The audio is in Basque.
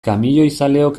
kamioizaleok